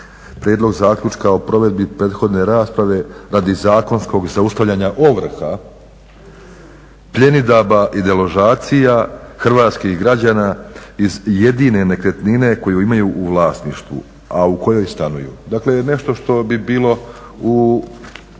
prijedlog zaključka o provedbi prethodne rasprave radi zakonskog zaustavljanja ovrha, pljenidbi i deložacija hrvatskih građana iz jedine nekretnine koju imaju u vlasništvu, a u kojoj stanuju. Dakle, nešto što bi bilo vrlo